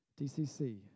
DCC